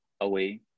away